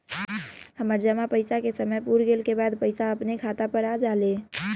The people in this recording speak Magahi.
हमर जमा पैसा के समय पुर गेल के बाद पैसा अपने खाता पर आ जाले?